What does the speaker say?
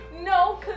No